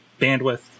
bandwidth